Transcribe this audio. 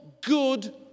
good